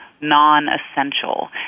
non-essential